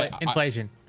Inflation